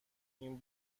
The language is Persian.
این